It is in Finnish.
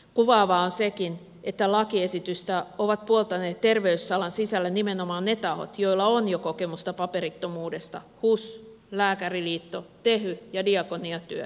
kuvaavaa on sekin että lakiesitystä ovat puoltaneet terveysalan sisällä nimenomaan ne tahot joilla on jo kokemusta paperittomuudesta hus lääkäriliitto tehy ja diakoniatyö muun muassa